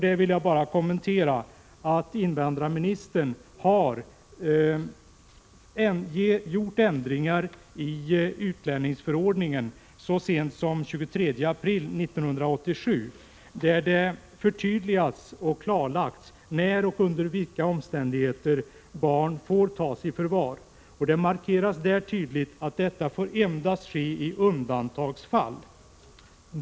Jag vill bara göra kommentaren att invandrarministern har gjort ändringar i utlänningsförordningen så sent som den 23 april 1987, där det har förtydligats och klarlagts när och under vilka omständigheter barn får tas i förvar. Det markeras att detta endast får ske i undantagsfall.